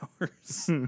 hours